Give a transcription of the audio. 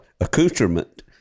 accoutrement